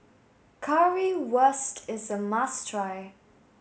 Currywurst is a must try